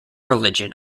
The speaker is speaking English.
religion